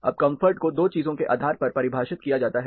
अब कंफर्ट को दो चीजों के आधार पर परिभाषित किया जाता है